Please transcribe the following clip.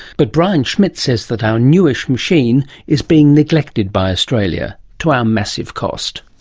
but brian schmidt says that our newish machine is being neglected by australia, to our massive cost.